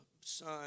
son